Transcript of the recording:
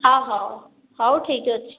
ହଁ ହେଉ ହେଉ ଠିକ୍ ଅଛି